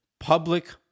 public